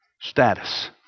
status